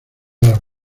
las